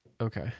Okay